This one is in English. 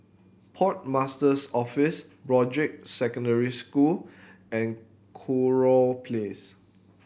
Port Master's Office Broadrick Secondary School and Kurau Place